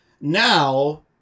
Now